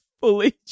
fully